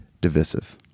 divisive